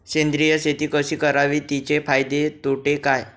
सेंद्रिय शेती कशी करावी? तिचे फायदे तोटे काय?